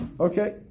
Okay